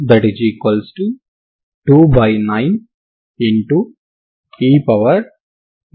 కాబట్టి ఇక్కడ సాధారణంగా శక్తికి సంబంధించిన విధానం ఉందని మనం చూపించవచ్చు